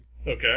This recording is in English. Okay